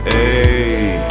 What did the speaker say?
Hey